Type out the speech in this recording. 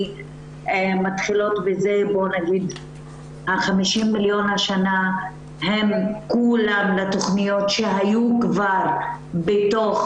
מתחילות בזה שה-50 מיליון השנה הם כולם לתכניות שהיו כבר בתוך